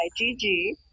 IgG